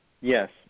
Yes